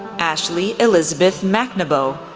ashleigh elizabeth mcnaboe,